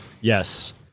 Yes